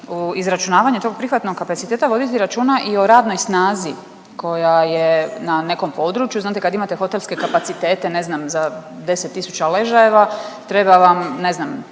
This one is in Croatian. u izračunavanje tog prihvatnog kapaciteta voditi računa i o radnoj snazi koja je na nekom području, znate kad imate hotelske kapacitete, ne znam za 10 tisuća ležajeva, treba vam, ne znam,